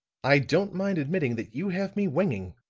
i don't mind admitting that you have me winging.